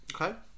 Okay